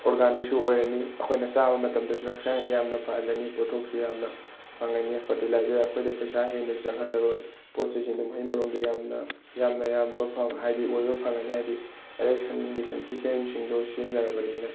ꯑꯣꯔꯒꯥꯅꯤꯛꯁꯨ ꯑꯣꯏꯔꯅꯤ ꯑꯩꯈꯣꯏꯅ ꯆꯥꯕ ꯃꯇꯝꯗꯁꯨ ꯍꯛꯆꯥꯡꯗ ꯌꯥꯝꯅ ꯐꯍꯜꯂꯅꯤ ꯄꯣꯠꯊꯣꯛꯁꯨ ꯌꯥꯝꯅ ꯐꯪꯉꯅꯤ ꯐꯔꯇꯤꯂꯥꯏꯖꯔ ꯑꯩꯈꯣꯏꯗ ꯄꯩꯁꯥ ꯍꯦꯟꯅꯁꯨ ꯆꯪꯍꯜꯂꯔꯣꯏ ꯄꯣꯠ ꯆꯩꯁꯨ ꯑꯗꯨꯝ ꯃꯍꯩ ꯃꯔꯣꯡꯗ ꯌꯥꯝꯅ ꯌꯥꯝꯅ ꯌꯥꯝꯕ ꯍꯥꯏꯗꯤ ꯑꯣꯏꯕ ꯐꯪꯉꯅꯤ ꯍꯥꯏꯗꯤ ꯗꯥꯏꯔꯦꯛ ꯁꯟꯒꯤ ꯁꯟꯊꯤ ꯁꯩꯌꯨꯡꯁꯤꯡꯗꯨ ꯁꯤꯖꯤꯟꯅꯔꯕꯅꯤꯅ